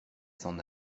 s’en